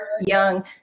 young